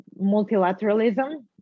multilateralism